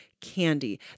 candy